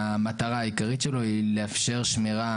יש לכולם,